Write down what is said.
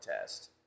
test